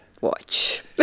watch